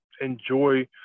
enjoy